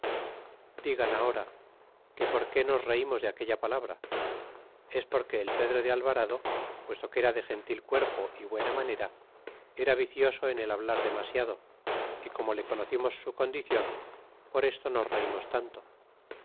dirán agora que por qué nos reimos de aquella palabra es porque el pedro de alvarado puesto que era de gentil cuerpo y buena manera era vicioso en el hablar demasiado y como le conocimos su condicion por esto nos reimos tanto